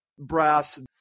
brass